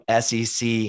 SEC